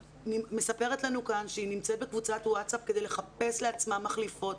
מספרת לנו כאן שהיא נמצאת בקבוצת וואטסאפ כדי לחפש לעצמה מחליפות.